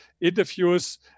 interviews